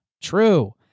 true